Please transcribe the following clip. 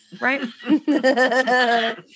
Right